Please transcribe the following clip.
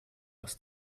was